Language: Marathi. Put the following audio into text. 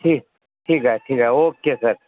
ठीक ठीक आहे ठीक आहे ओक्के सर